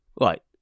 Right